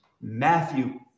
Matthew